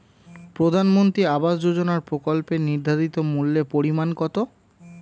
প্রধানমন্ত্রী আবাস যোজনার প্রকল্পের নির্ধারিত মূল্যে পরিমাণ কত?